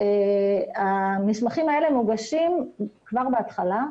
המסמכים האלה מוגשים כבר בהתחלה,